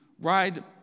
ride